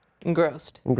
engrossed